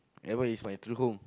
ever is my true home